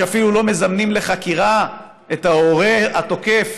ואפילו לא מזמנים לחקירה את ההורה התוקף